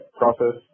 process